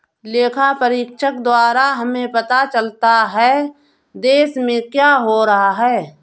लेखा परीक्षक द्वारा हमें पता चलता हैं, देश में क्या हो रहा हैं?